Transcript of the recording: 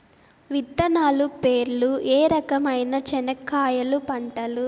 విత్తనాలు పేర్లు ఏ రకమైన చెనక్కాయలు పంటలు?